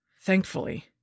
Thankfully